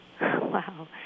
Wow